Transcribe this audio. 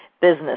business